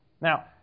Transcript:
Now